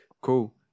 Cool